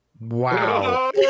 Wow